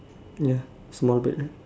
ya small bird ah